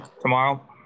Tomorrow